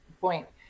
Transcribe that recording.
point